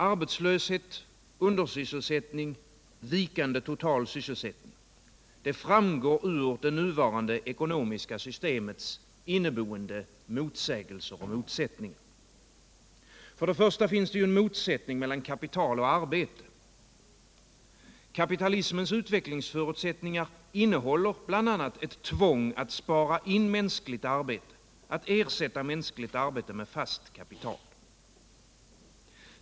Arbetslöshet, undersysselsättning, vikande total sysselsättning framgår ur det nuvarande ekonomiska systemets inneboende motsägelser och motsättningar. Först och främst finns det ju en motsättning mellan kapital och arbete. Kapitalismens utvecklingsförutsättningar innehåller bl.a. ett tvång att spara in mänskligt arbete, att ersätta mänskligt arbete med fast kapital.